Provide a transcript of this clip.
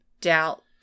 doubt